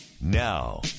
Now